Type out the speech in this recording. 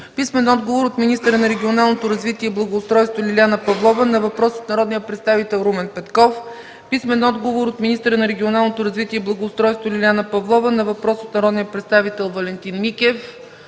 Ваньо Шарков; - министъра на регионалното развитие и благоустройството Лиляна Павлова на въпрос от народния представител Румен Петков; - министъра на регионалното развитие и благоустройството Лиляна Павлова на въпрос от народния представител Валентин Микев;